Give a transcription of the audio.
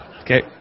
Okay